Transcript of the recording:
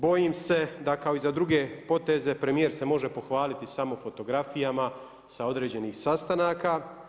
Bojim se da kao i druge poteze premijer se može pohvaliti samo fotografijama sa određenih sastanaka.